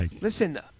Listen